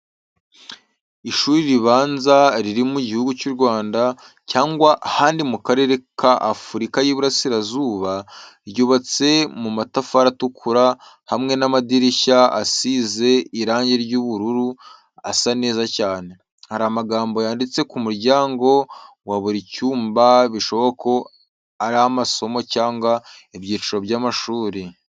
Ishuri ribanza riri mu gihugu cy’u Rwanda cyangwa ahandi mu karere ka Afurika y’Iburasirazuba, ryubatse mu matafari atukura hamwe n'amadirishya asize irange ry'ubururu asa neza cyane. Hari amagambo yanditse ku muryango wa buri cyumba, bishoboka ko ari amasomo cyangwa ibyiciro by’amashuri.